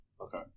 Okay